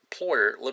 employer